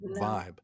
vibe